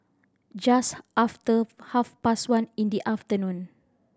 just after half past one in the afternoon